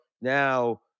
now